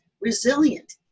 resilient